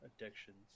addictions